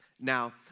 now